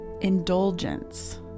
indulgence